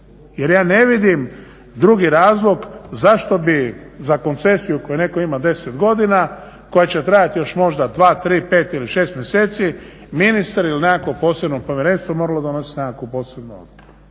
Jer ja ne vidim drugi razlog zašto bi za koncesiju koju netko ima 10 godina koja će trajati još možda dva, tri, pet ili šest mjeseci ministar ili nekakvo posebno povjerenstvo moralo donositi nekakvu posebnu odluku.